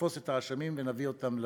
נתפוס את האשמים ונביא אותם לדין.